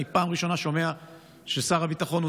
בפעם הראשונה אני שומע ששר הביטחון הוא